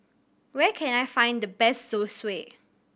where can I find the best Zosui